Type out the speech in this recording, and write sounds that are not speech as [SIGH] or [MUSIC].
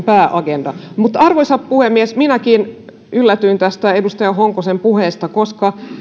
[UNINTELLIGIBLE] pääagenda arvoisa puhemies minäkin yllätyin tästä edustaja honkosen puheesta koska